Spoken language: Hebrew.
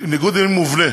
ניגוד עניינים מובנה,